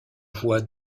voix